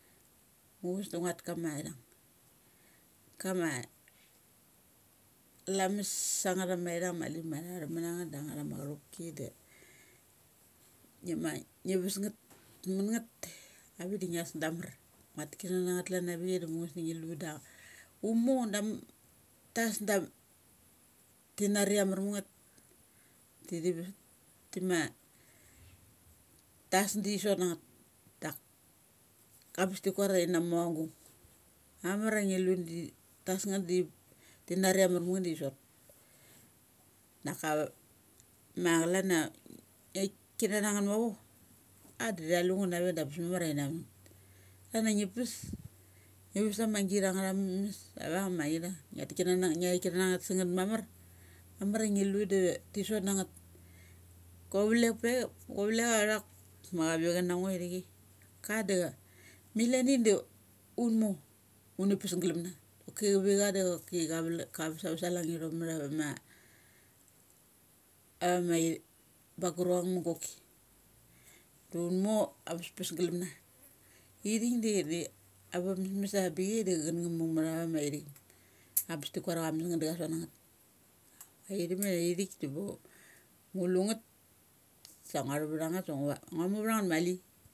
Muchus da nguat kama ithung, kama lamas angnga tha ma ithung ma tha thum mun nangeth da nga tha ma churopki de, ngi ma ngi ves ngeth tam man ngeth avik da nguas da amar. Ngua tha tik kana na ngeth klan avik da muvhus da ngi lu du umo da amtas da tinari ia amar ma ngeth ti thava. Ti ma tas da thi sot na ngeth dak ambes ti kuar ai thi na mu agung. Mamar ia ngi lu da tasnge thdi tinari ia amar mangeth di sot. Daka va ve ma cha lan ia nngiathikana na ngethmavo. A di thi lungth na ve da bes tina mas ngeth. Klan ia ngi ves, ngi ves agir angangatha mesmes avung ma i thung tatik kana nangeth. Ngi a thikkana na ngwth mamar, mamar ia ngi lu da ti sot na ngeth. Guavlek pek. guavlek acha thak ma cha ve chanango ithichai, ka da mil ani de unmo uni pes glum na choki chavi cha doki cha vlung, ka vesava salang thong matha vama ma ithaik buggruang ngum goki. Da un mor avaspes galum na. Ithik da ava mesmes avabichai da ngrt nga vema kama ithaik. Ambes ti kuar ia thames ngeth dacha sot ngeth. Ithi ma ithik da uba ngu lungeth sa nguathu vth sangua thu vth ngeth sang. Sanggua thu ngeth sa ngu va. Ngua mu ntha ngrth mali.